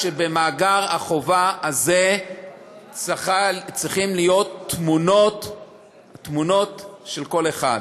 במאגר החובה הזה צריכות להיות תמונות של כל אחד.